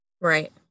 Right